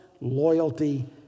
loyalty